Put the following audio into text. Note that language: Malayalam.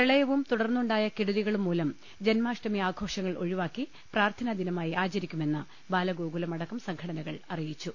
പ്രളയവും തുടർന്നുണ്ടായ കെടുതികളും മൂലം ജന്മാഷ്ടമി ആഘോഷങ്ങൾ ഒഴി വാക്കി പ്രാർത്ഥനാ ദിനമായി ആചരിക്കുമെന്ന് ബാലഗോകുല മടക്കം സംഘടനകൾ അറിയിച്ചു